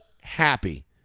happy